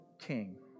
King